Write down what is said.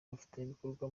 abafatanyabikorwa